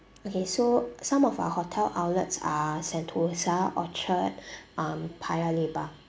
okay so some of our hotel outlets are sentosa orchard um paya lebar